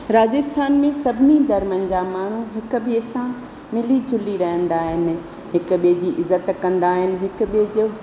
राजस्थान में सभिनी धर्मनि जा माण्हू हिकु ॿिए सां मिली झुली रहंदा आहिनि हिकु ॿिए जी इज़त कंदा आहिनि हिकु ॿिए जो